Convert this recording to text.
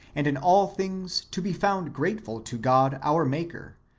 and in all things to be found grateful to god our maker,